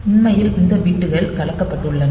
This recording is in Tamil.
உண்மையில் இந்த பிட்கள் கலக்கப்பட்டுள்ளன